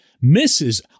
misses